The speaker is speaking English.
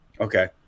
Okay